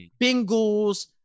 Bengals